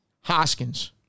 Hoskins